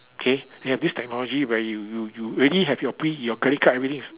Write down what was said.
okay they have this technology where you you you already have your pre~ credit card everything is